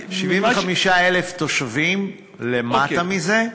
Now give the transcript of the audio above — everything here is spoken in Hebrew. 75,000 תושבים, למטה מזה,